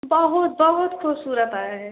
बहुत बहुत खूबसूरत आया है